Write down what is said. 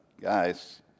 guys